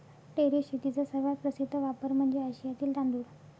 terrace शेतीचा सर्वात प्रसिद्ध वापर म्हणजे आशियातील तांदूळ